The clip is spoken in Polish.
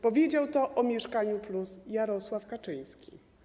Powiedział to o „Mieszkaniu+” Jarosław Kaczyński.